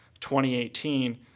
2018